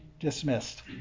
Dismissed